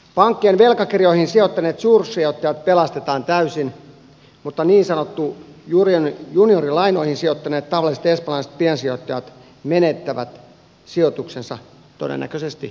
pankkien velkakirjoihin sijoittaneet suursijoittajat pelastetaan täysin mutta niin sanottuihin juniorilainoihin sijoittaneet tavalliset espanjalaiset piensijoittajat menettävät sijoituksensa todennäköisesti kokonaan